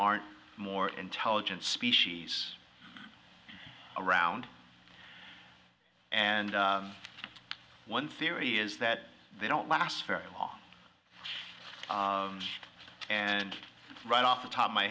aren't more intelligent species around and one theory is that they don't last very long and right off the top of my